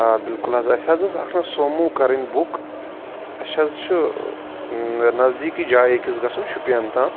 آ بِلکُل حظ اَسہِ حظ اکھ نا سومو کَرٕنۍ بُک اَسہِ حظ چھُ نَزدیکی جایہِ أکِس گَژھُن شُپیَن تام